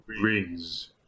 rings